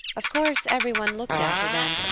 of course, every one looked at her then,